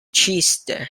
chichester